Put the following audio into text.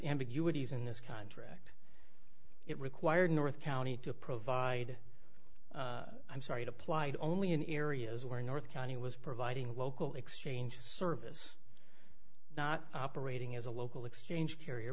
ambiguities in this contract it required north county to provide i'm sorry it applied only in erie as were north county was providing local exchange service not operating as a local exchange carrier